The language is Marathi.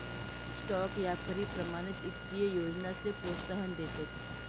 स्टॉक यापारी प्रमाणित ईत्तीय योजनासले प्रोत्साहन देतस